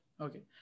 Okay